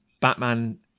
Batman